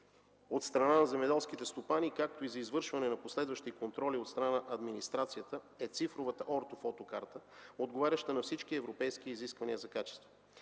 от страна на земеделските стопани, както и за извършване на последващи контроли от страна на администрацията е цифровата ортофотокарта, отговаряща на всички европейски изисквания за качество.